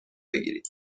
بگیرید